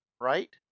Right